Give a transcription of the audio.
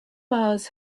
hours